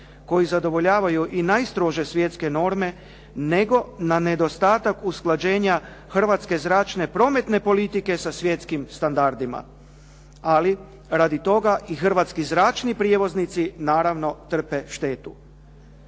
koji zadovoljavaju i najstrože svjetske norme, nego na nedostatak usklađenja hrvatske zračne prometne politike sa svjetskim standardima, ali radi toga i hrvatski zračni prijevoznici naravno trpe štetu.